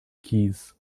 keys